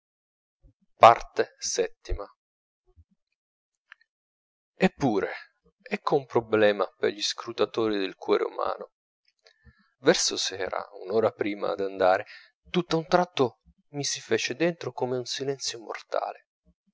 e i eppure ecco un problema per gli scrutatori del cuore umano verso sera un'ora prima d'andare tutt'a un tratto mi si fece dentro come un silenzio mortale